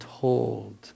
told